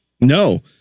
No